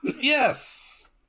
Yes